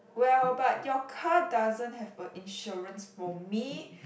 well but your car doesn't have a insurance for me